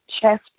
chest